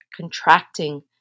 contracting